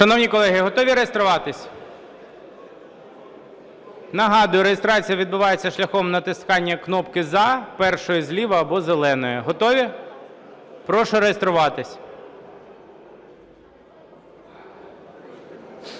Шановні колеги, готові реєструватись? Нагадую: реєстрація відбувається шляхом натискання кнопки "за", першої зліва або зеленої. Готові? Прошу реєструватись.